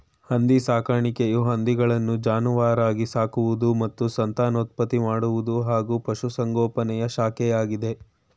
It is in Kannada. ಹಂದಿ ಸಾಕಾಣಿಕೆಯು ಹಂದಿಗಳನ್ನು ಜಾನುವಾರಾಗಿ ಸಾಕುವುದು ಮತ್ತು ಸಂತಾನೋತ್ಪತ್ತಿ ಮಾಡುವುದು ಹಾಗೂ ಪಶುಸಂಗೋಪನೆಯ ಶಾಖೆಯಾಗಿದೆ